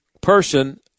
person